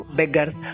beggars